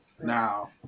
now